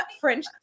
French